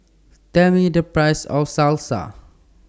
Tell Me The Price of Salsa